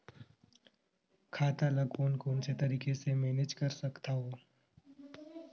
खाता ल कौन कौन से तरीका ले मैनेज कर सकथव?